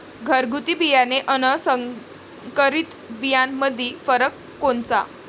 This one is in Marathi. घरगुती बियाणे अन संकरीत बियाणामंदी फरक कोनचा?